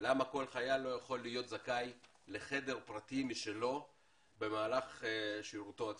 למה כל חייל לא יכול להיות זכאי לחדר פרטי משלו במהלך שירותו הצבאי.